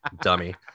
dummy